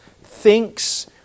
thinks